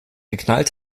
geknallt